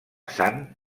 sant